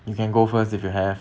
you can go first if you have